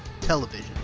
television